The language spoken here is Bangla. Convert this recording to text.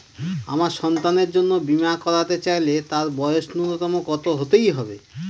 আমার সন্তানের জন্য বীমা করাতে চাইলে তার বয়স ন্যুনতম কত হতেই হবে?